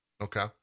Okay